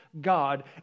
God